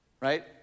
right